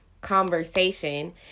conversation